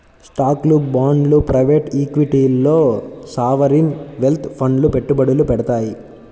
స్టాక్లు, బాండ్లు ప్రైవేట్ ఈక్విటీల్లో సావరీన్ వెల్త్ ఫండ్లు పెట్టుబడులు పెడతాయి